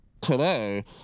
today